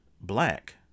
black